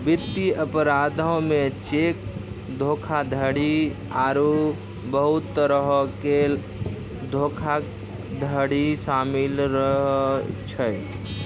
वित्तीय अपराधो मे चेक धोखाधड़ी आरु बहुते तरहो के धोखाधड़ी शामिल रहै छै